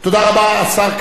השר כחלון,